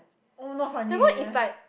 all not funny eh